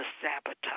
sabotage